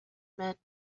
meant